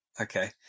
Okay